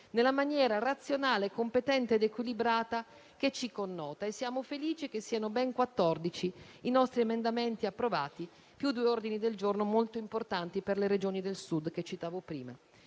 nella maniera razionale, competente ed equilibrata che ci connota. Siamo felici che ben 14 siano i nostri emendamenti approvati, più due ordini del giorno molto importanti per le Regioni del Sud che citavo prima.